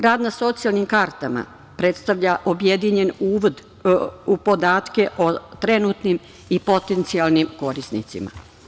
Rad na socijalnim kartama predstavlja objedinjen uvod u podatke o trenutnim i potencijalnim korisnicima.